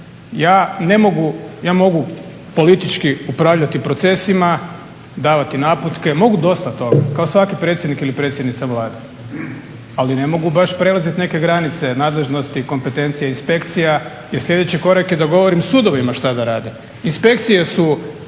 Ja mogu politički upravljati procesima, davati naputke, mogu dosta toga, kao svaki predsjednik ili predsjednica Vlade, ali ne mogu baš prelazit neke granice nadležnosti i kompetencija inspekcija jer sljedeći korak je da govorim sudovima šta da rade.